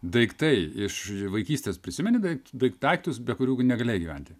daiktai iš vaikystės prisimeni daikt daiktus be kurių gi negalėjai gyventi